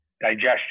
Digestion